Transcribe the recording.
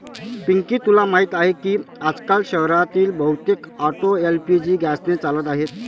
पिंकी तुला माहीत आहे की आजकाल शहरातील बहुतेक ऑटो एल.पी.जी गॅसने चालत आहेत